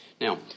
Now